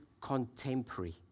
contemporary